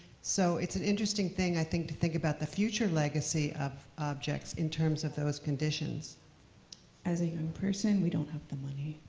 so, it's an interesting thing, i think, to think about the future legacy of objects in terms of those conditions. gloria as a young person, we don't have the money.